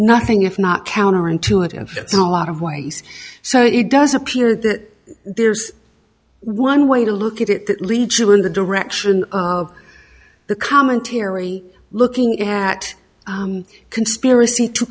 nothing if not counterintuitive that's a lot of ways so it does appear that there's one way to look at it that leads you in the direction of the commentary looking at conspiracy to